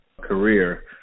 career